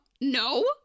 No